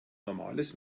normales